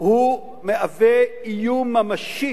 מתהווה איום ממשי